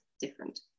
different